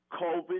COVID